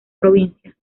provincia